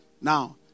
Now